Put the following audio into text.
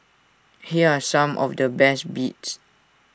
here are some of the best bits